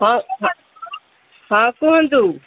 ହଁ ହଁ କୁହନ୍ତୁ